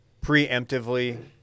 preemptively